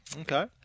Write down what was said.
Okay